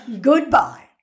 Goodbye